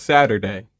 Saturday